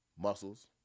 muscles